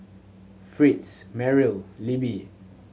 Fritz Merrily Libby